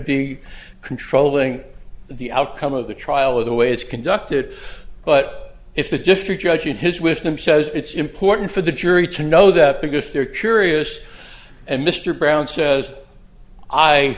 be controlling the outcome of the trial or the way it's conducted but if the district judge in his wisdom says it's important for the jury to know that because they're curious and mr brown says i